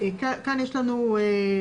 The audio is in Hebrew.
אז כאן יש לנו הבהרה,